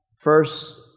First